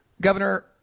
governor